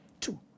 Two